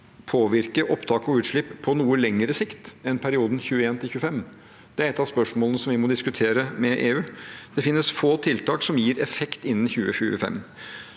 påvirke opptak og utslipp på noe lengre sikt enn perioden 2021–2025. Det er et av spørsmålene som vi må diskutere med EU. Det finnes få tiltak som gir effekt innen 2025.